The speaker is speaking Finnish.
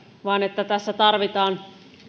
vaan että tässä tarvitaan